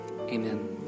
Amen